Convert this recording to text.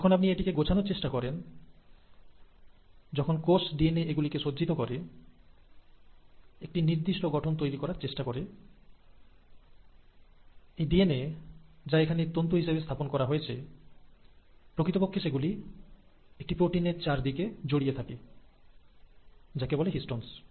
যখন আপনি এটিকে গোছানোর চেষ্টা করেন যখন কোষ ডিএনএ এগুলিকে সজ্জিত করে একটি নির্দিষ্ট গঠন তৈরি করার চেষ্টা করে এই ডিএনএ যা এখানে স্ট্রিং হিসেবে স্থাপন করা হয়েছে প্রকৃতপক্ষে সেগুলি একটি প্রোটিনের চারদিকে জড়িয়ে থাকে যাকে বলে হিষ্টনস